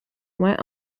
went